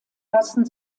lassen